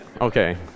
okay